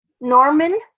Norman